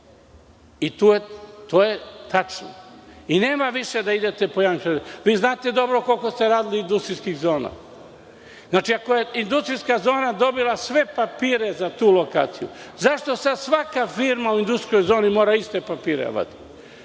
i to je tačno. Nema više da idete po…Vi znate dobro koliko ste radili industrijskih zona radili. Znači, ako je industrijska zona dobila sve papire za tu lokaciju, zašto sada svaka firma u industrijskoj zoni mora iste papire da vadi?